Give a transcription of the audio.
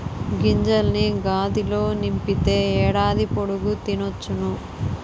గింజల్ని గాదిలో నింపితే ఏడాది పొడుగు తినొచ్చును